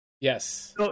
Yes